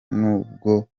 n’ubwo